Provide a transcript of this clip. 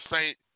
Saint